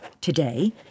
today